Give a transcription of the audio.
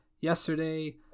yesterday